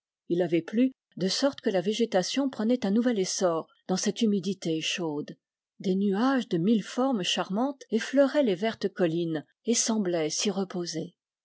il avait plu de sorte que la végétation prenait un nouvel essor dans cette humidité chaude des nuages de mille formes charmantes eflleuraient les vertes collines et semblaient s'y reposer